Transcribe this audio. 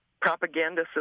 propaganda